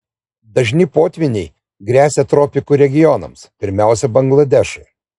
dažni potvyniai gresia tropikų regionams pirmiausia bangladešui